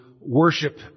worship